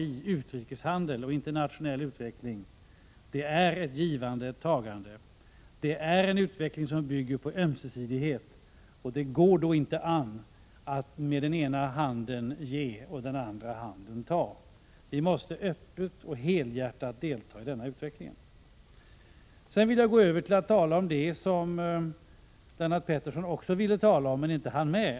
1986/87:130 internationell utveckling är ett givande och ett tagande. Det är en utveckling 25 maj 1987 som bygger på ömsesidighet, och det går inte an att med den ena handen ge och den andra handen ta. Vi måste öppet och helhjärtat delta i denna utveckling. Jag vill gå över till att tala om det som Lennart Pettersson också ville tala om men inte hann med.